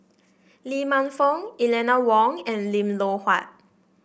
Lee Man Fong Eleanor Wong and Lim Loh Huat